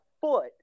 foot